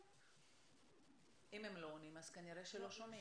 אם יאריכו להם את החוזה או שלא,